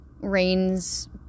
rain's